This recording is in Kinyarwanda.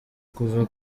kuva